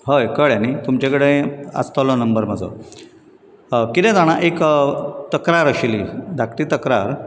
हय कळ्ळें नी तुमचे कडेन आसतलो नंबर म्हजो कितें जाणां एक तक्रार आशिल्ली धाकटी तक्रार